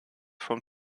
von